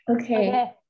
Okay